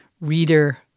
reader